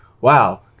wow